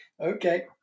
okay